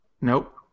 Nope